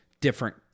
different